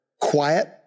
quiet